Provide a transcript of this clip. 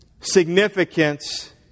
significance